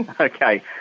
okay